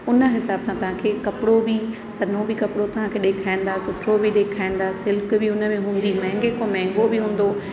उन हिसाब सां तव्हांखे कपिड़ो बि सन्हो बि कपिड़ो तव्हांखे ॾेखारींदा सुठो बि ॾेखारींदा सिल्क बि उन में हूंदी महांगे खों महांगो बि हूंदो